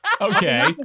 Okay